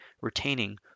retaining